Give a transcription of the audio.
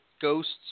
ghosts